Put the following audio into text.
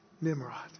Nimrod